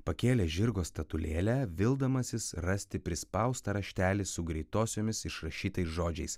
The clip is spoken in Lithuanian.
pakėlę žirgo statulėlę vildamasis rasti prispaustą raštelį su greitosiomis išrašytais žodžiais